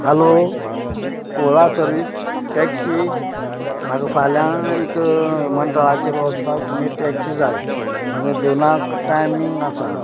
hello Ola service taxi म्हाका फाल्यां एक विमानतळाचेर वचपाक तुमी टॅक्सी जाय म्हका दोनांक टायमिंग आसा